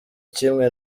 kimwe